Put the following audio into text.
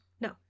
No